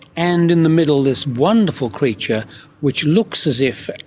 and in the middle this wonderful creature which looks as if,